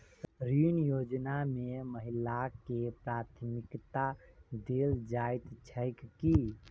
ऋण योजना मे महिलाकेँ प्राथमिकता देल जाइत छैक की?